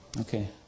Okay